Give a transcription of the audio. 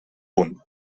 punt